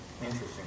interesting